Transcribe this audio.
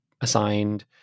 assigned